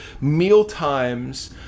mealtimes